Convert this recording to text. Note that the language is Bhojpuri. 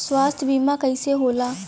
स्वास्थ्य बीमा कईसे होला?